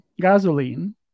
gasoline